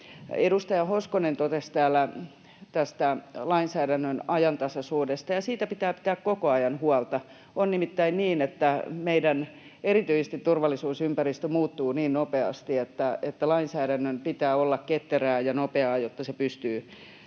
Edustaja Hoskonen totesi täällä tästä lainsäädännön ajantasaisuudesta, ja siitä pitää pitää koko ajan huolta. On nimittäin niin, että erityisesti meidän turvallisuusympäristö muuttuu niin nopeasti, että lainsäädännön pitää olla ketterää ja nopeaa, jotta se pystyy